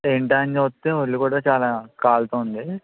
ఏంటా అని చూస్తే ఒళ్ళు కూడా చాలా కాలుతుంది